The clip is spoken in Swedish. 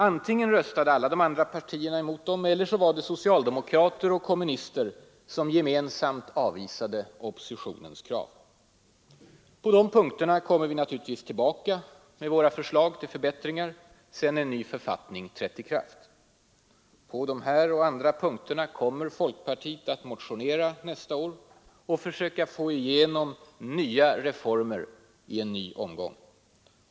Antingen röstade alla de andra partierna emot dem eller också var det socialdemokrater och kommunister som gemensamt avvisade oppositionens krav. På de punkterna kommer vi naturligtvis tillbaka med våra förslag till förbättringar sedan en ny författning trätt i kraft. På dessa och andra punkter kommer folkpartiet att motionera nästa år och försöka få igenom nya reformer i en ny omgång.